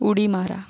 उडी मारा